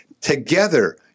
Together